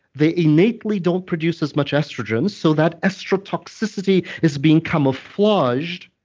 they innately don't produce as much estrogen, so that estrotoxicity is being camouflaged.